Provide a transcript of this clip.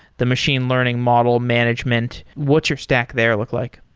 the machine learning model management. what's your stack there look like?